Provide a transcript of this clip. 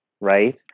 right